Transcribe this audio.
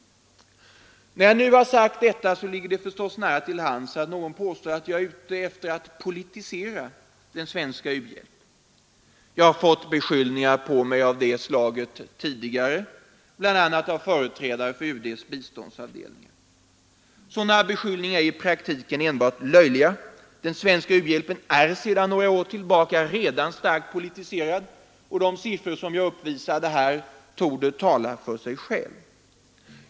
När jag nu har sagt detta ligger det förstås nära till hands att någon påstår att jag vill politisera den svenska u-hjälpen. Det har riktats beskyllningar av det slaget mot mig tidigare, bl.a. av företrädare för UD:s biståndsavdelning. Sådana beskyllningar är i praktiken enbart löjliga. Den svenska u-hjälpen är sedan några år tillbaka redan starkt politiserad, och de siffror som jag har nämnt här torde tala för sig själva.